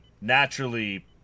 naturally